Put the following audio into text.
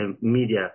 media